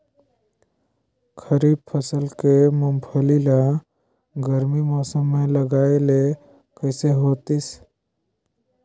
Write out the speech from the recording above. खरीफ फसल के मुंगफली ला गरमी मौसम मे लगाय ले कइसे होतिस?